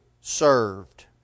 served